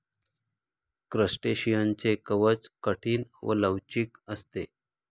क्रस्टेशियनचे कवच कठीण व लवचिक असते